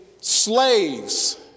slaves